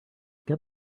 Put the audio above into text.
get